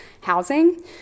housing